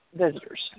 visitors